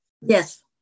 yes